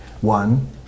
One